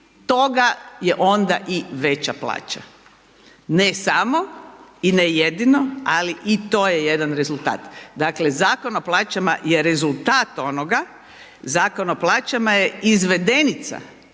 toga je onda i veća plaća. Ne samo i ne jedino ali i to je jedan rezultat. Dakle, Zakon o plaćama je rezultat onoga, Zakon o plaćama je izvedenica